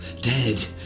dead